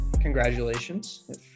congratulations